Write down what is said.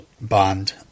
bond